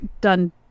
done